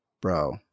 Bro